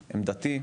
עמדתי,